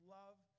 love